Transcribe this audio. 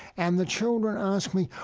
and the children ask me,